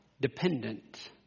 dependent